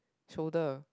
shoulder